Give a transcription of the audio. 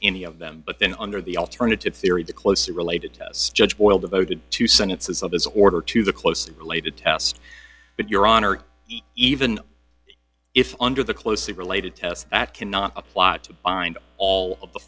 any of them but then under the alternative theory the closely related test judge boyle devoted two sentences of his order to the closely related test but your honor even if under the closely related test that cannot apply it to find all